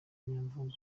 nyamvumba